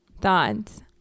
Thoughts